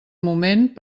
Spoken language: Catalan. moment